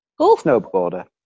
snowboarder